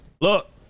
Look